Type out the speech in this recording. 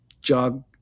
jog